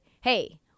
Hey